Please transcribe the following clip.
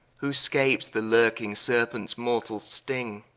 who scapes the lurking serpents mortall sting?